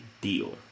deal